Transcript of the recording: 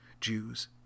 Jews